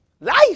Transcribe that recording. life